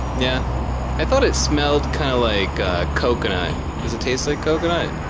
yeah i thought it smelled kind of like coconut does it taste like coconut?